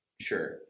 Sure